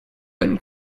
been